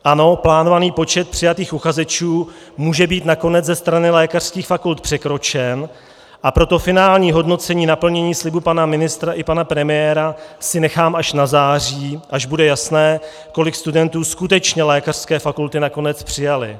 Ano, plánovaný počet přijatých uchazečů může být nakonec ze strany lékařských fakult překročen, a proto finální hodnocení naplnění slibu pana ministra i pana premiéra si nechám až na září, až bude jasné, kolik studentů skutečně lékařské fakulty nakonec přijaly.